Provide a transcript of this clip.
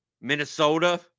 Minnesota